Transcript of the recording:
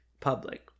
public